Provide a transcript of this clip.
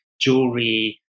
jewelry